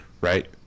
Right